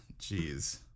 jeez